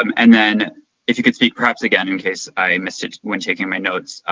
um and then if you could speak perhaps again, in case i missed it when checking my notes,